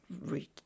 read